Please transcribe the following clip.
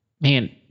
man